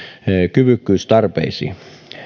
kyvykkyystarpeisiin